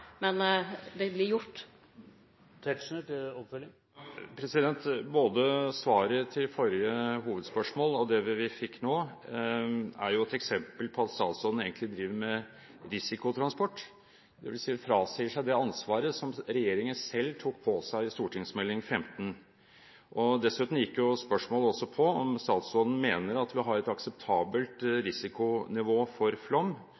er jo et eksempel på at statsråden egentlig driver med risikotransport, dvs. hun frasier seg det ansvaret regjeringen selv tok på seg i Meld. St. nr. 15 for 2011–2012. Dessuten gikk spørsmålet også på om statsråden mener at vi har et akseptabelt risikonivå for flom.